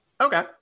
Okay